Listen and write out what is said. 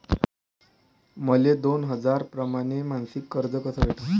मले दोन हजार परमाने मासिक कर्ज कस भेटन?